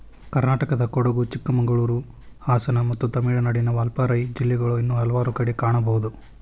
ಕರ್ನಾಟಕದಕೊಡಗು, ಚಿಕ್ಕಮಗಳೂರು, ಹಾಸನ ಮತ್ತು ತಮಿಳುನಾಡಿನ ವಾಲ್ಪಾರೈ ಜಿಲ್ಲೆಗಳು ಇನ್ನೂ ಹಲವಾರು ಕಡೆ ಕಾಣಬಹುದು